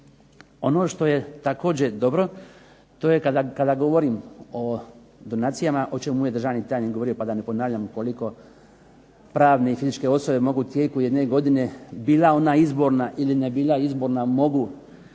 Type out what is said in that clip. Ono što je također dobro to je kada govorim o donacijama o čemu je državni tajnik govorio pa da ne ponavljam ukoliko pravne i fizičke osobe mogu u tijeku jedne godine bila ona izborna ili ne bila izborna mogu